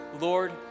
Lord